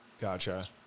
Gotcha